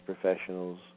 professionals